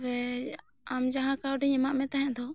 ᱛᱚᱵᱮ ᱟᱢ ᱡᱟᱦᱟᱸ ᱠᱟᱹᱣᱰᱤᱧ ᱮᱢᱟᱜ ᱢᱮ ᱛᱟᱦᱮᱸ ᱫᱚ